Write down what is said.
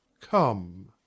Come